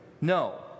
no